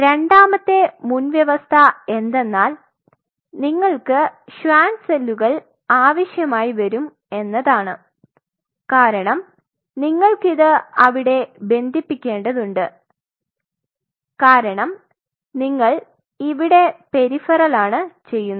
രണ്ടാമത്തെ മുൻവ്യവസ്ഥ എന്തെന്നാൽ നിങ്ങൾക്ക് ഷ്വാൻ സെല്ലുകൾ ആവശ്യമായി വരും എന്നതാണ് കാരണം നിങ്ങൾക് ഇത് അവിടെ ബന്ധിപ്പിക്കേണ്ടതുണ്ട് കാരണം നിങ്ങൾ ഇവിടെ പെരിഫെറൽ ആണ് ചെയുന്നത്